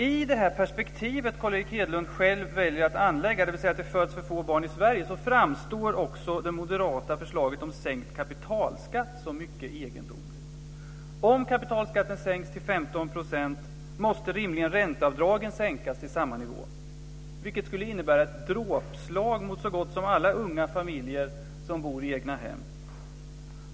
I det perspektiv Carl Erik Hedlund själv väljer att anlägga, dvs. att det föds för få barn i Sverige, framstår också det moderata förslaget om sänkt kapitalskatt som mycket egendomligt. Om kapitalskatten sänks till 15 % måste rimligen ränteavdragen sänkas till samma nivå, vilket skulle innebära ett dråpslag mot så gott som alla unga familjer som bor i egnahem.